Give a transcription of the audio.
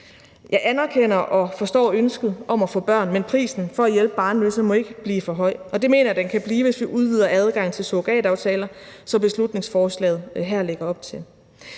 Jeg anerkender og forstår ønsket om at få børn, men prisen for at hjælpe barnløse må ikke blive for høj. Det mener jeg at den kan blive, hvis vi udvider adgangen til surrogataftaler, som beslutningsforslaget her lægger op til.